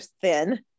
thin